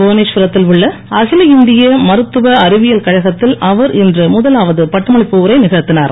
புவனேஸ்வரத்தில் உள்ள அகில இந்திய மருத்துவ அறிவியல் கழகத்தில் அவர் இன்று முதலாவது பட்டமளிப்பு உரை நிகழ்த்தினார்